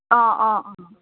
অঁ অঁ অঁ